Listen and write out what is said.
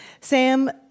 Sam